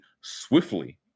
swiftly